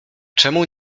czemu